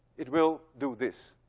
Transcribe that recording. it will do this.